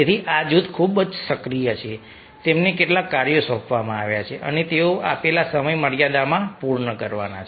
તેથી આ જૂથ ખૂબ જ સક્રિય છે તેમને કેટલાક કાર્યો સોંપવામાં આવ્યા છે અને તેઓ આપેલ સમય મર્યાદામાં કરવાના છે